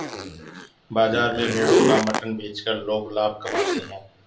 बाजार में भेड़ों का मटन बेचकर लोग लाभ कमाते है